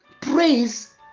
praise